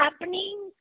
happening